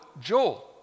Joel